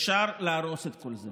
אפשר להרוס את כל זה.